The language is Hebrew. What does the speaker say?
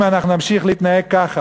אם אנחנו נמשיך להתנהג ככה,